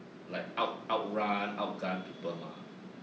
like out out run out gun people mah